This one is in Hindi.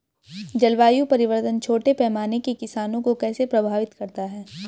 जलवायु परिवर्तन छोटे पैमाने के किसानों को कैसे प्रभावित करता है?